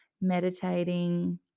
meditating